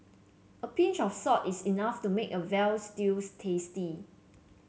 a pinch of salt is enough to make a veal stews tasty